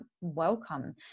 welcome